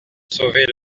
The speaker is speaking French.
sauvé